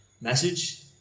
message